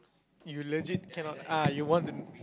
you legit cannot ah you want the